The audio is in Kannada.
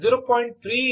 3 ರಿಂದ 0